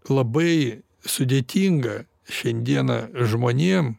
labai sudėtinga šiandieną žmonėm